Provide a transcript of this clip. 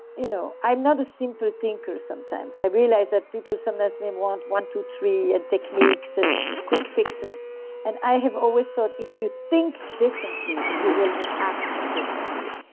you know i'm not a simple thinker sometimes i realize that people sometimes want one, two, three, and techniques and quick fixes and i have always thought if you think differently, you will act differently